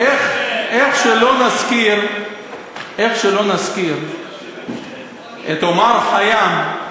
איך שלא נזכיר את עומר כיאם,